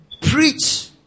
preach